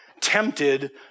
tempted